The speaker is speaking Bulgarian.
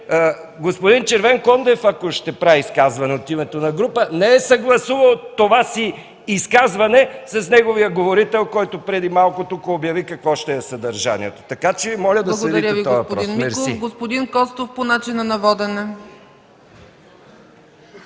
господин Червенкондев, ако ще прави изказване от името на група, не да съгласува това си изказване с неговия говорител, който преди малко тук обяви какво ще е съдържанието, така че Ви моля да следите този въпрос. Благодаря. ПРЕДСЕДАТЕЛ ЦЕЦКА ЦАЧЕВА: Благодаря Ви, господин Миков. Господин Костов – по начина на водене.